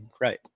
right